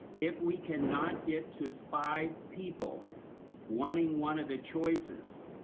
if we cannot get to five people wanting one of the choices,